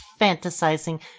fantasizing